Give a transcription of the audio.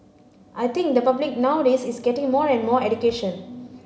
I think the public nowadays is getting more and more education